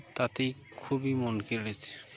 তাতেই খুবই মন কেড়েছে